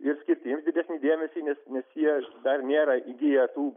ir skirti jiems didesnį dėmesį nes nes jie dar nėra įgiję tų